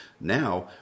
now